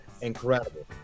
Incredible